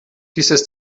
dieses